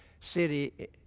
city